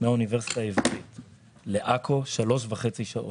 מהאוניברסיטה העברית בירושלים לעכו שלוש שעות וחצי,